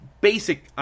basic